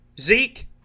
Zeke